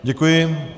Děkuji.